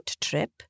trip